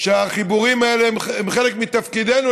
שהחיבורים האלה הם חלק מתפקידנו,